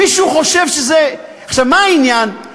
מישהו חושב שזה, מה העניין?